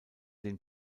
den